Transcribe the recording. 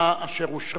הנני מתכבדת להודיעכם,